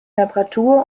temperatur